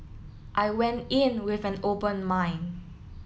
I went in with an open mind